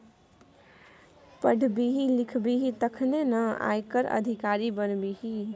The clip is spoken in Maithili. पढ़बिही लिखबिही तखने न आयकर अधिकारी बनबिही